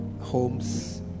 homes